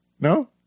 No